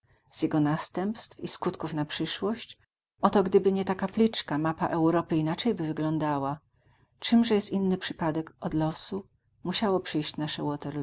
następstw i skutków na przyszłość oto gdyby nie ta kapliczka mapa europy inaczej by wyglądała czymże jest inny przypadek od losu musiało przyjść nasze